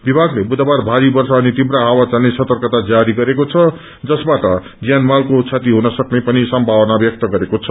विभागले बुधबार भारी वर्षा अनि तीव्र हावा चल्ने सतर्कता जारी गरेको छ जसबाट ज्यानमालको क्षति हुनसक्ने पनि सम्भावना ब्यक्त गरेको छ